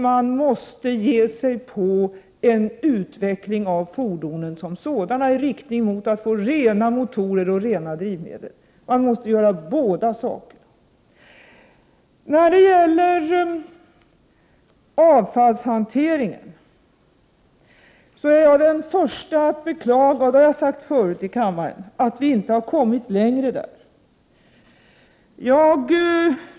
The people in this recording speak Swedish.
Dels måste man utveckla fordonen som sådana, så att motorerna och drivmedlen blir rena. Man måste alltså göra båda dessa saker. När det gäller avfallshanteringen är jag, som jag framhållit tidigare i kammaren, den första att beklaga att vi inte har kommit längre.